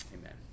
amen